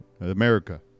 America